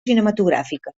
cinematogràfica